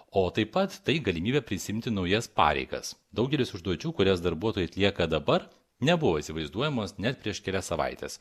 o taip pat tai galimybė prisiimti naujas pareigas daugelis užduočių kurias darbuotojai atlieka dabar nebuvo įsivaizduojamos net prieš kelias savaites